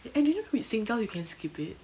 and you know with singtel you can skip it